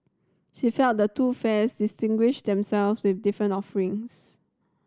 she felt the two fairs distinguished themselves with different offerings